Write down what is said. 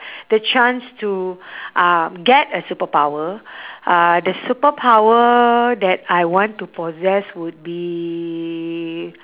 the chance to uh get a superpower uh the superpower that I want to possess would be